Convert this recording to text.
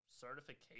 certification